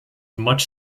much